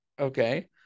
okay